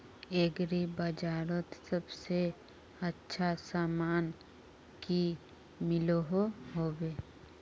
Agri बजारोत सबसे अच्छा सामान की मिलोहो होबे?